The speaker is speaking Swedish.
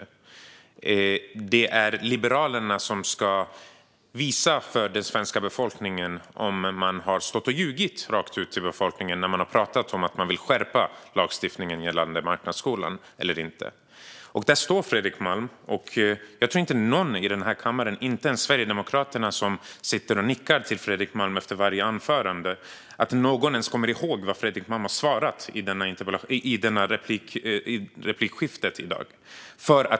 Det är Liberalerna som ska visa den svenska befolkningen om man har ljugit rakt ut när man har talat om att skärpa lagstiftningen gällande marknadsskolan. Här står Fredrik Malm. Jag tror inte att någon i den här kammaren - inte ens de sverigedemokrater som sitter och nickar till Fredrik Malm efter varje anförande - ens kommer ihåg vad Fredrik Malm har svarat i replikskiftet i dag.